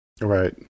Right